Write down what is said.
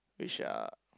which are